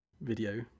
Video